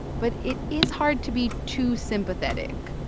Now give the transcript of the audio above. but it is hard to be too sympathetic.